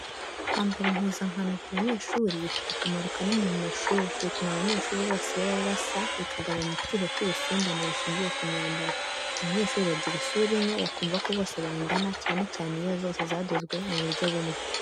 Kwambara impuzankano ku banyeshuri bifite akamaro kanini mu mashuri. Bituma abanyeshuri bose baba basa, bikagabanya icyuho cy'ubusumbane bushingiye ku myambaro, abanyeshuri bagira isura imwe bakumva ko bose bangana, cyane cyane iyo zose zadozwe mu buryo bumwe.